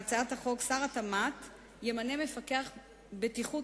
בכל רשות מקומית ימונה ממונה בטיחות